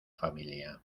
familia